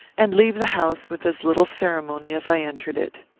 and leave the house with as little ceremony as i entered it.